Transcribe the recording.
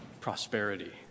prosperity